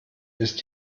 ist